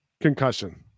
concussion